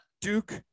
Duke –